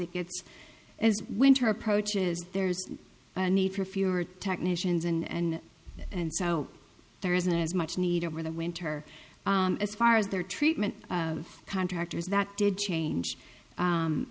it gets as winter approaches there's a need for fewer technicians and and so there isn't as much need over the winter as far as their treatment of contractors that did change